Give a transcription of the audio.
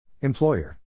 Employer